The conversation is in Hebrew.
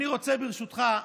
אני רוצה, ברשותך,